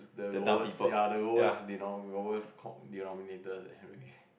the lowest ya the lowest deno~ the lowest co~ denominators eh really